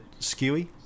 skewy